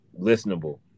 listenable